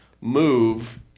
move